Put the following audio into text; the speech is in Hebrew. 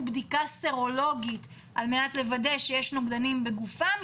בדיקה סרולוגית על מנת לוודא שיש נוגדנים בגופם,